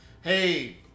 Hey